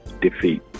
defeat